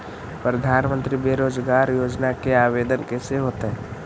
प्रधानमंत्री बेरोजगार योजना के आवेदन कैसे होतै?